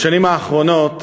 בשנים האחרונות,